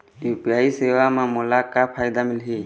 UPI सेवा म मोला का फायदा मिलही?